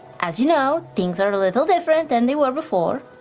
as you know, things are a little different than they were before,